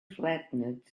flattened